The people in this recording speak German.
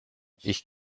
ich